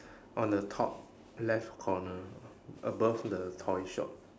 on the top left corner above the toy shop